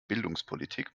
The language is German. bildungspolitik